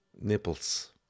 nipples